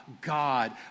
God